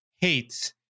hates